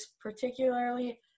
particularly